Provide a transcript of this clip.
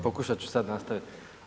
Pokušat ću sad nastavit.